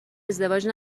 ازدواج